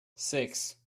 six